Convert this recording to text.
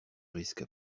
risque